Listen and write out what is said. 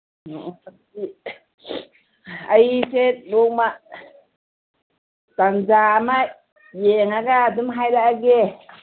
ꯑꯣ ꯑꯩꯁꯦ ꯅꯣꯡꯃ ꯇꯟꯖꯥ ꯑꯃ ꯌꯦꯡꯉꯒ ꯑꯗꯨꯝ ꯍꯥꯏꯔꯛꯑꯒꯦ